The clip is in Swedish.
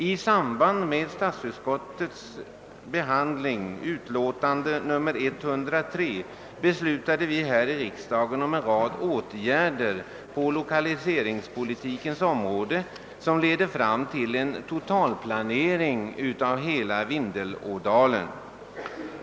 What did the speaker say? I samband med behandlingen av statsutskottets utlåtande nr 103 beslutade vi här i riksdagen om en rad åtgärder på lokaliseringspolitikens område vilka leder fram till en totalplanering av hela Vindelådalen.